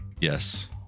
Yes